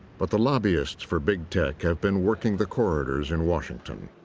but the lobbyists for big tech have been working the corridors in washington.